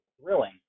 thrilling